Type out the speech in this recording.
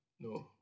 No